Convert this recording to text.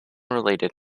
related